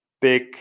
big